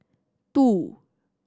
two